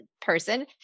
person